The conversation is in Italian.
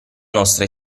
nostra